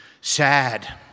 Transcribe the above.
sad